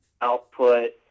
output